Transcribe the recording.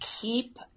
keep